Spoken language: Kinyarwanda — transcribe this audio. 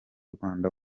rwanda